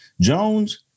Jones